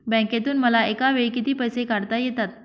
बँकेतून मला एकावेळी किती पैसे काढता येतात?